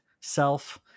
Self